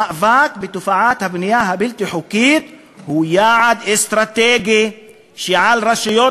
המאבק בתופעת הבנייה הבלתי-חוקית הוא יעד אסטרטגי שעל רשויות